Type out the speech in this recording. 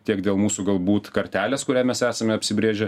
tiek dėl mūsų galbūt kartelės kurią mes esame apsibrėžę